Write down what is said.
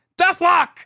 Deathlock